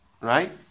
Right